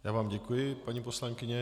Já vám děkuji, paní poslankyně.